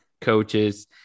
coaches